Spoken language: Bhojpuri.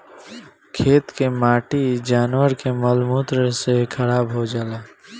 खेत के माटी जानवर के मल मूत्र से खराब हो जाला